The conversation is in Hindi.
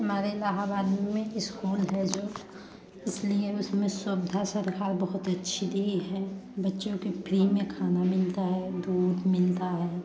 हमारे इलाहाबाद में इस्कूल है जो इसलिए उसमें सुविधा सरकार बहुत अच्छी दी है बच्चों के फ़्री में खाना मिलता है दूध मिलता है